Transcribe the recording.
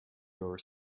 your